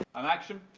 and, action!